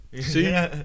See